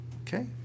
Okay